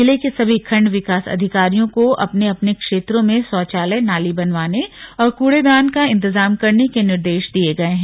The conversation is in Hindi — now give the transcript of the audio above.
जिले के सभी खंड विकास अधिकारियों को अपने अपने क्षेत्रों में शौचालय नाली बनवाने और कूड़ेदान का इंतजाम करने के निर्देश दिये गये हैं